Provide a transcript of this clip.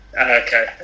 Okay